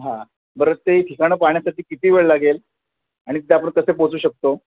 हां बरं ते ठिकाणं पाहण्यासाठी किती वेळ लागेल आणि तिथे आपण कसं पोहोचू शकतो